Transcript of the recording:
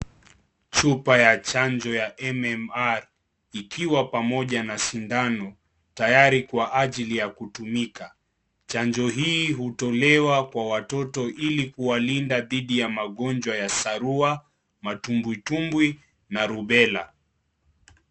Chupa ya chanjo ya MMR ikiwa pamoja na sindano, tayari kwa ajili ya kutumika, chanjo hii hutolewa kwa watoto ili kuwalinda didhi ya sarua matumbwitumbwi na rubela.